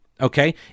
okay